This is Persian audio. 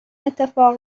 اتفاق